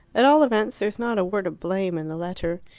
at all events there's not a word of blame in the letter.